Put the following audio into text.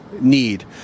need